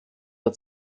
der